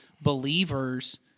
believers